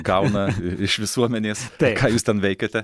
gauna iš visuomenės ką jūs ten veikiate